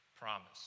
promise